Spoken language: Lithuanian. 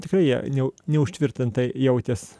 tikrai jie ne neužtvirtintai jautės